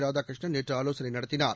ராதாகிருஷ்ணன் நேற்று ஆலோசனை நடத்தினார்